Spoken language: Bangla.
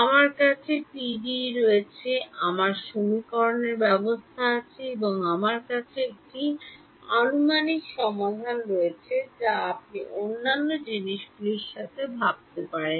আমার কাছে পিডিই রয়েছে আমার সমীকরণের ব্যবস্থা আছে এবং আমার কাছে একটি আনুমানিক সমাধান রয়েছে যা আপনি অন্যান্য জিনিসগুলি কী ভাবেন